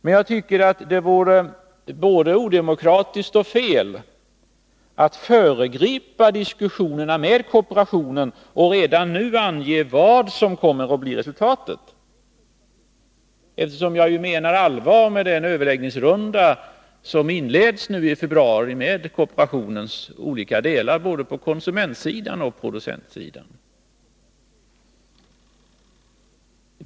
Men jag tycker att det vore både odemokratiskt och fel att föregripa diskussionerna med kooperationen och redan nu ange vad som kommer att bli resultatet, eftersom jag menar allvar med den överläggningsrunda som nu i februari inleds med kooperationens olika delar, på konsumentsidan och på producentsidan.